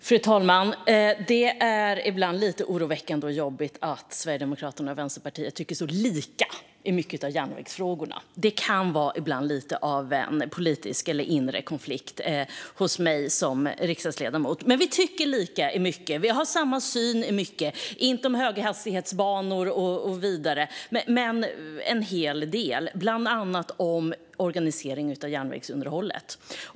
Fru talman! Det är ibland lite oroväckande och jobbigt att Sverigedemokraterna och Vänsterpartiet tycker så lika i många av järnvägsfrågorna. Det kan ibland vara lite av en politisk eller inre konflikt hos mig som riksdagsledamot. Vi tycker dock lika i mycket och har samma syn i mycket. Det gäller inte höghastighetsbanor och så vidare, men det gäller en hel del, bland annat organisering av järnvägsunderhållet.